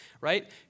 right